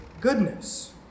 goodness